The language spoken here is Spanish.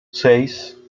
seis